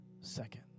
second